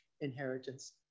inheritance